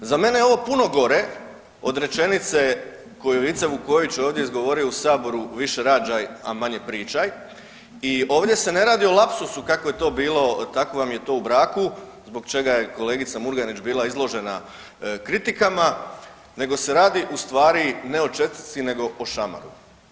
Za mene je ovo puno gore od rečenice koju je Vice Vukojević izgovorio ovdje u saboru „Više rađaj, a manje pričaj“ i ovdje se ne radi o lapsusu kako je to bilo tako vam je to u braku zbog čega je kolegica Murganić bila izložena kritikama nego se radi ustvari ne o čestitci nego o šamaru.